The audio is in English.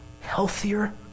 healthier